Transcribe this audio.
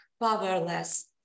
powerless